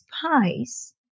spice